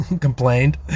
complained